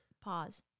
Pause